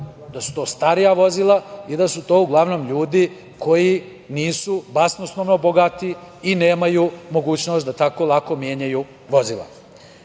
da su to starija vozila i da su to uglavnom ljudi koji nisu basnoslovno bogati i nemaju mogućnost da tako lako menjaju vozila.U